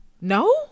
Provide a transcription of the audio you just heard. No